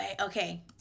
Okay